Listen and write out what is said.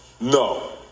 No